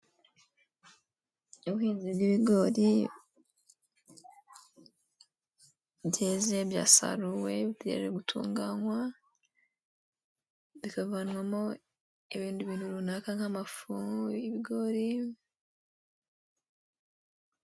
Ubuhinzi bw'ibigori byeze byasaruwe bigiye gutunganywa bikavanwamo ibintu runaka nk'amafu, ibigori,